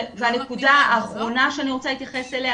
נקודה אחרונה שאני רוצה להתייחס אליה,